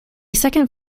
second